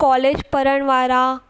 college पढ़णु वारा